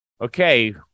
Okay